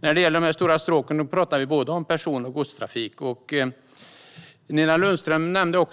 När det gäller de stora stråken pratar vi om både person och godstrafik. Nina Lundström nämnde